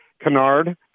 Canard